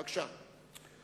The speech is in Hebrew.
בבקשה.